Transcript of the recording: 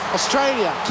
Australia